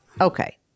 Okay